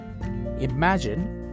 Imagine